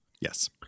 Yes